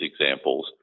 examples